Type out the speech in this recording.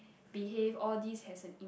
behave all these have an impact